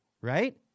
right